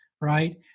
right